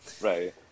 Right